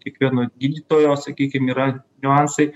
kiekvieno gydytojo sakykim yra niuansai